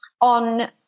on